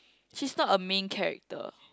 she's not a main character